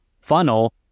funnel